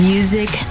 Music